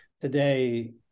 today